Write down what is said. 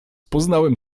poznałem